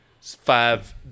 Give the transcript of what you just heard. five